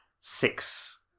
Six